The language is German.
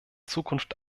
zukunft